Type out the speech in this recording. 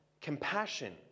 compassion